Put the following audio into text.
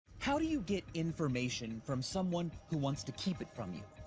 how do you get information from someone who wants to keep it from you?